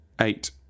Eight